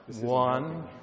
One